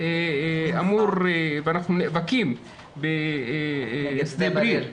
ואנחנו נאבקים --- בשדה בריר.